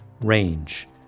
range